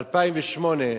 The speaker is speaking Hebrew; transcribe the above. ב-2008,